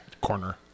Corner